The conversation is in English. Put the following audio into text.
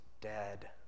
dead